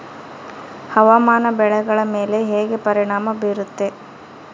ಹವಾಮಾನ ಬೆಳೆಗಳ ಮೇಲೆ ಹೇಗೆ ಪರಿಣಾಮ ಬೇರುತ್ತೆ?